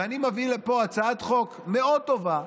ואני מביא לפה הצעת חוק מאוד טובה,